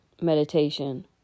meditation